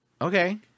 Okay